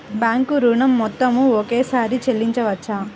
Bank ఋణం మొత్తము ఒకేసారి చెల్లించవచ్చా?